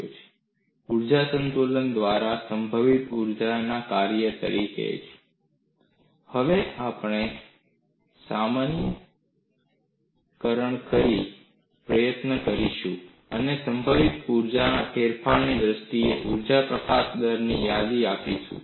G as a function of potential energy by energy balance ઊર્જા સંતુલન દ્વારા સંભવિત ઊર્જાના કાર્ય તરીકે જ હવે આપણે જઈને સામાન્યીકરણ કરવાનો પ્રયત્ન કરીશું અને સંભવિત ઊર્જામાં ફેરફારની દ્રષ્ટિએ ઊર્જા પ્રકાશન દરની યાદી આપીશું